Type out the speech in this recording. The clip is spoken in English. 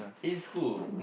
in school